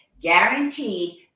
guaranteed